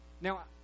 Now